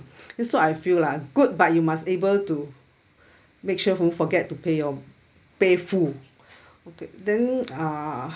that's what I feel lah good but you must able to make sure won't forget to pay your pay full okay then uh